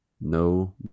no